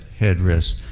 headrest